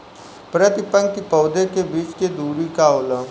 प्रति पंक्ति पौधे के बीच के दुरी का होला?